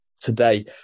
today